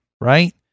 Right